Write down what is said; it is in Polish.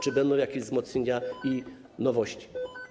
Czy będą jakieś wzmocnienia i nowości?